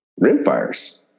rimfires